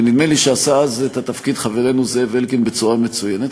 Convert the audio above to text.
ונדמה לי שעשה אז את התפקיד חברנו זאב אלקין בצורה מצוינת,